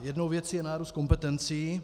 Jedna věc je nárůst kompetencí.